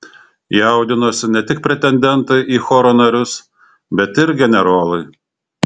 jaudinosi ne tik pretendentai į choro narius bet ir generolai